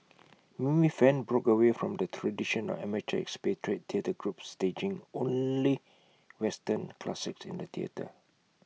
Mimi fan broke away from A tradition of amateur expatriate theatre groups staging only western classics in the theatre